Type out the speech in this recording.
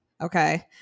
Okay